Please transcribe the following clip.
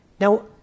Now